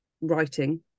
writing